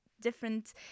different